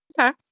Okay